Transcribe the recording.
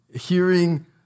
hearing